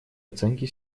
оценки